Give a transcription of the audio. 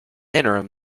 interim